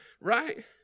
right